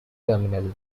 terminal